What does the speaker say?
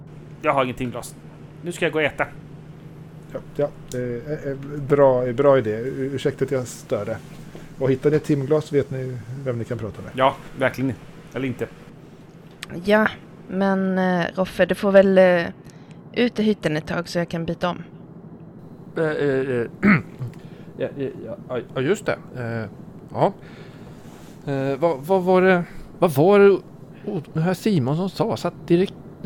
Jag har ingen timglas. Nu ska jag gå och äta. Ja, ja, eh, eh, eh, bra- bra idé. Ur- ursäkta att jag stör det. Och hittar ni ett timglas vet ni vem ni kan prata med. Ja, verkligen. Eller inte. Ja, men, eh, Roffe, du får väl, eh, ut i hytten ett tag så jag kan byta om. Eh, eh, eh. Ja, eh, ja, ja, just det. Eh, ja. Eh, vad- vad var det- vad var det o- o- det här Simon som sa? Satt direkt-